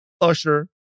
Usher